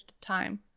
time